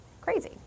Crazy